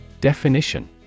Definition